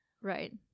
Right